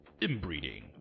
inbreeding